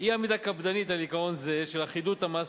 אי-עמידה קפדנית על עיקרון זה של אחידות המס